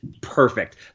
perfect